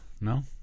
No